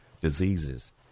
diseases